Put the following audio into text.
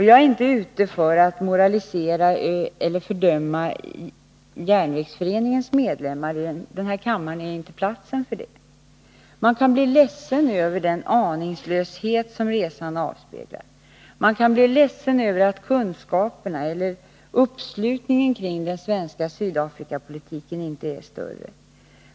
Jag är inte ute för att moralisera eller fördöma järnvägsföreningens medlemmar — den här kammaren är inte platsen för det. Man kan bli ledsen över den aningslöshet som resan avspeglar. Man kan bli ledsen över att kunskaperna om och uppslutningen kring den svenska Sydafrikapolitiken inte är större.